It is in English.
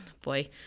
boy